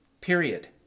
Period